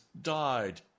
died